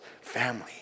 family